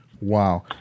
Wow